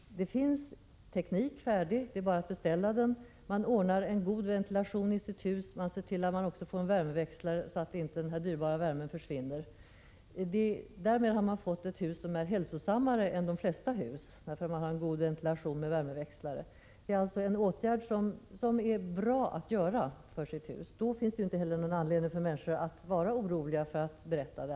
Det finns teknik, det är bara att beställa den. Man ordnar en god ventilation i sitt hus, och man ser också till att man får en värmeväxlare, så att den dyrbara värmen inte försvinner. Därmed har man också fått ett hus som är hälsosammare än de flesta hus. Man får ju en god ventilation med värmeväxlare. Det är bra att vidta den här åtgärden. Då finns det inte heller någon anledning för människor att vara oroliga och inte vilja berätta.